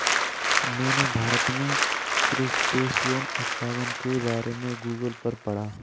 मैंने भारत में क्रस्टेशियन उत्पादन के बारे में गूगल पर पढ़ा